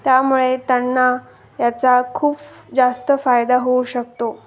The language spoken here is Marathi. त्यामुळे त्यांना याचा खूप जास्त फायदा होऊ शकतो